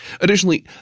Additionally